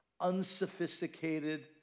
unsophisticated